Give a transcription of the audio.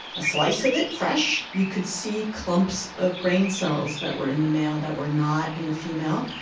a slice of it, fresh, you could see clumps of brain cells that were in the male that were not in the female.